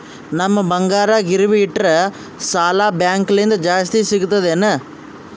ನಮ್ ಬಂಗಾರ ಗಿರವಿ ಇಟ್ಟರ ಸಾಲ ಬ್ಯಾಂಕ ಲಿಂದ ಜಾಸ್ತಿ ಸಿಗ್ತದಾ ಏನ್?